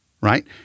right